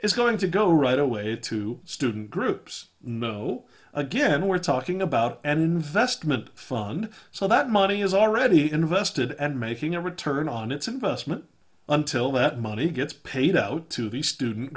is going to go right away to student groups no again we're talking about an investment fund so that money is already invested and making a return on its investment until that money gets paid out to the student